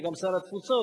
אני גם שר התפוצות,